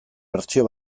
bertsio